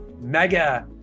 mega